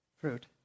fruit